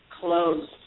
close